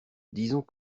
disons